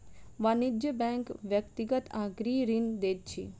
वाणिज्य बैंक व्यक्तिगत आ गृह ऋण दैत अछि